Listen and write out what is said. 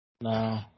No